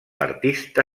artista